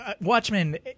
Watchmen